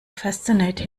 fascinate